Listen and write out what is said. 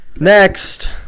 Next